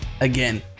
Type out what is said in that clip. Again